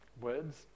words